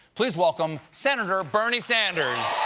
please welcome, senator bernie sanders!